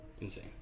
insane